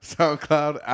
SoundCloud